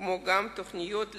כמו גם תוכניות לעתיד.